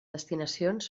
destinacions